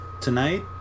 tonight